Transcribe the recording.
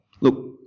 Look